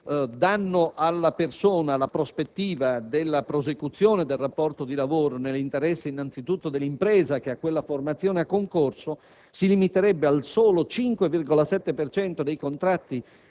danno alla persona la prospettiva della prosecuzione del rapporto di lavoro nell'interesse innanzitutto dell'impresa che a quella formazione ha concorso, il totale dei contratti